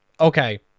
Okay